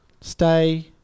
stay